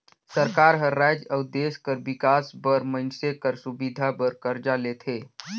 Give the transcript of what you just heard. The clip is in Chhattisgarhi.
सरकार हर राएज अउ देस कर बिकास बर मइनसे कर सुबिधा बर करजा लेथे